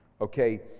Okay